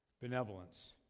Benevolence